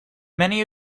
many